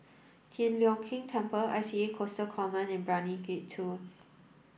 Tian Leong Keng Temple I C A Coastal Command and Brani Gate two